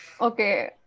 okay